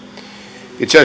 itse